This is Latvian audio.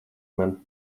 man